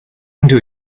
into